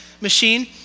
machine